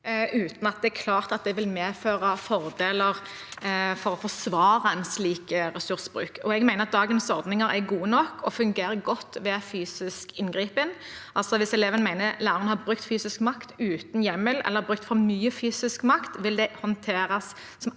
uten at det er klart at det vil medføre fordeler som kan forsvare en slik ressursbruk. Jeg mener at dagens ordninger er gode nok og fungerer godt ved fysisk inngripen. Hvis eleven mener at læreren har brukt fysisk makt uten hjemmel, eller brukt for